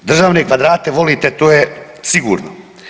Državne kvadrate volite to je sigurno.